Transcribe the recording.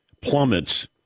plummets